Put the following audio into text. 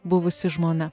buvusi žmona